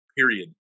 Period